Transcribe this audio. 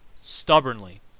stubbornly